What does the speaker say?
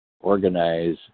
organize